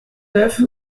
neuf